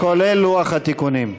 כולל לוח התיקונים.